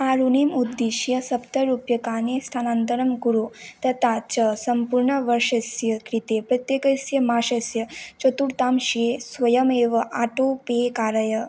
आरुणिम् उद्दिश्य सप्तरूप्यकाणि स्थानान्तरं कुरु तथा च सम्पूर्णवर्षस्य कृते प्रत्येकस्य मासस्य चतुर्थांशे स्वयम् एव आटो पे कारय